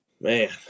man